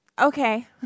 Okay